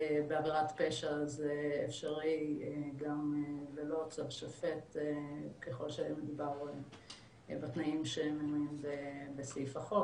בעבירת פשע זה אפשרי גם ללא צו שופט ככל שהם בתנאים שהם בסעיף החוק,